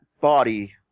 body